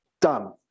done